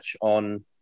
on